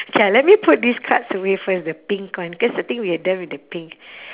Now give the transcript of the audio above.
K ah let me put these cards away first the pink one cause I think we are done with the pink